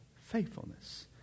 faithfulness